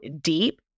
deep